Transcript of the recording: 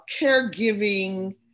caregiving